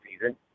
season